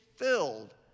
Filled